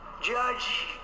Judge